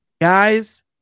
guys